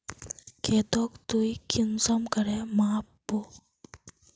खेतोक ती कुंसम करे माप बो?